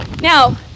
Now